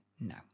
no